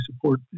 support